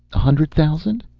a hundred thousand?